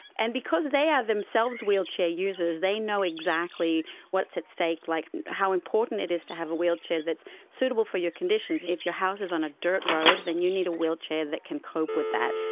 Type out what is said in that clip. and because they are themselves wheelchair users, they know exactly what is so at stake, like how important it is to have a wheelchair that is suitable for your condition. if your house is on a dirt road, then you need a wheelchair that can cope with that.